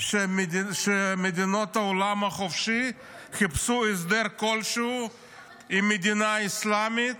שמדינות העולם החופשי חיפשו הסדר כלשהו עם המדינה האסלאמית